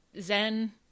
Zen